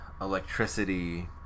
electricity